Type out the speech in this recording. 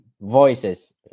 voices